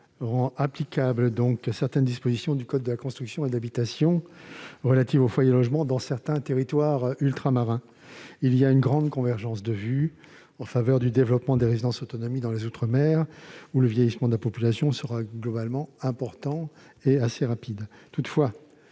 rendre applicables certaines dispositions du code de la construction et de l'habitation relatives aux foyers logement dans certains territoires ultramarins. Il existe une grande convergence de vues en faveur du développement des résidences autonomie dans les outre-mer, où le vieillissement de la population sera globalement important et assez rapide.